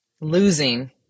losing